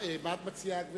מה את מציעה,